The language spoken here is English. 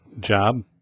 job